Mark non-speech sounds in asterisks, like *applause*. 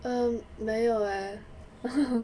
um 没有 leh *laughs*